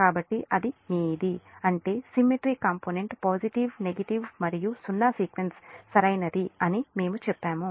కాబట్టి అది మీది అంటే సిమెట్రీ కాంపోనెంట్ పాజిటివ్ నెగటివ్ మరియు సున్నా సీక్వెన్స్ సరైనది అని మేము చెప్పాము